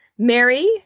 Mary